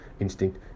instinct